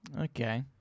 Okay